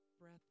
breath